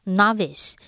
novice